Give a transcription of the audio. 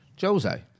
Jose